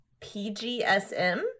PGSM